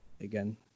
again